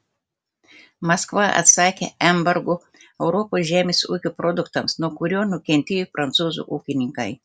maskva atsakė embargu europos žemės ūkio produktams nuo kurio nukentėjo prancūzų ūkininkai